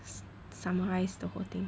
s~ summarized the whole thing